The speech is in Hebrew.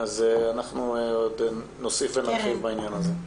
אז אנחנו עוד נוסיף ונרחיב בעניין הזה.